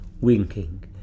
winking